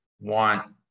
want